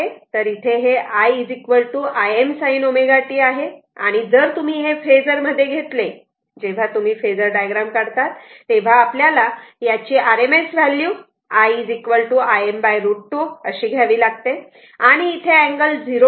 तर इथे i Im sin ω t आहे म्हणून जर तुम्ही हे फेजर मध्ये घेतले जेव्हा तुम्ही फेजर डायग्राम काढतात तेव्हा आपल्याला याची RMS व्हॅल्यू i Im √ 2 घ्यावी लागते आणि इथे अँगल 0 o आहे